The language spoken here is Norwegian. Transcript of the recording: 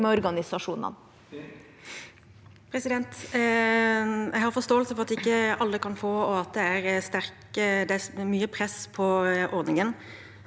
Jeg har forstå- else for at ikke alle kan få, og at det er mye press på ordningen,